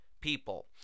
people